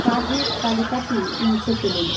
কাজের তালিকাটি মুছে ফেলুন